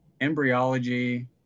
embryology